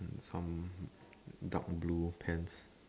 some dark blue pants